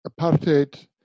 apartheid